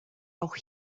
auch